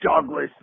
Douglas